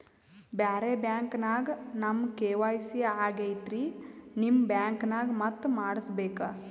ಬ್ಯಾರೆ ಬ್ಯಾಂಕ ನ್ಯಾಗ ನಮ್ ಕೆ.ವೈ.ಸಿ ಆಗೈತ್ರಿ ನಿಮ್ ಬ್ಯಾಂಕನಾಗ ಮತ್ತ ಮಾಡಸ್ ಬೇಕ?